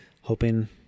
hoping